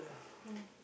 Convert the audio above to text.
don't want